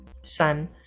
Sun